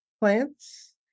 plants